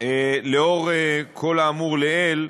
לאור כל האמור לעיל,